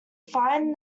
find